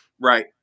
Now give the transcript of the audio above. Right